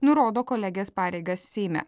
nurodo kolegės pareigas seime